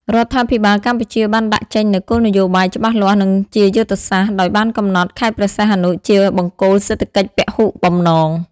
រដ្ឋាភិបាលកម្ពុជាបានដាក់ចេញនូវ គោលនយោបាយច្បាស់លាស់ និងជាយុទ្ធសាស្ត្រ ដោយបានកំណត់ ខេត្តព្រះសីហនុជា បង្គោលសេដ្ឋកិច្ចពហុបំណង។